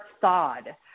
thawed